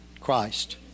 Christ